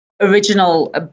original